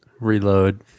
reload